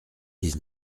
dix